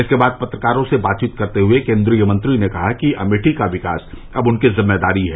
इसके बाद पत्रकारों से बातचीत करते हुए केन्द्रीय मंत्री ने कहा कि अमेठी का विकास अब उनकी जिम्मेदारी है